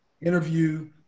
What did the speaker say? interview